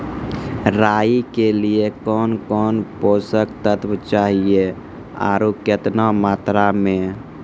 राई के लिए कौन कौन पोसक तत्व चाहिए आरु केतना मात्रा मे?